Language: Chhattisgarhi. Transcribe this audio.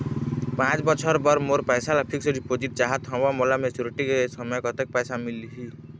पांच बछर बर मोर पैसा ला फिक्स डिपोजिट चाहत हंव, मोला मैच्योरिटी के समय कतेक पैसा मिल ही?